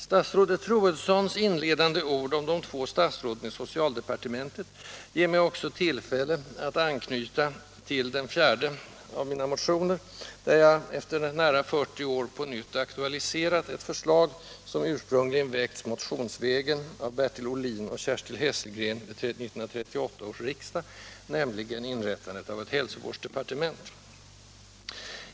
Statsrådet Troedssons inledande ord om de två statsråden i socialdepartementet ger mig också tillfälle att anknyta till den fjärde av mina motioner, där jag, efter nära 40 år, på nytt aktualiserat ett förslag som ursprungligen väcktes motionsvägen av Bertil Ohlin och Kerstin Hesselgren vid 1938 års riksdag, nämligen om inrättande av ett hälsovårdsdepartement.